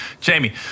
Jamie